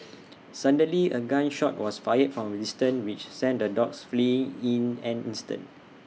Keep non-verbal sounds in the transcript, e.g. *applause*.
*noise* suddenly A gun shot was fired from A distance which sent the dogs fleeing in an instant